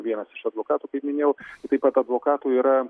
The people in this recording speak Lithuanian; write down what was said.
vienas iš advokatų kaip minėjau taip pat advokatų yra